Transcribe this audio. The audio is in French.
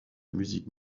musique